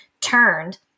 turned